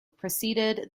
preceded